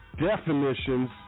Definitions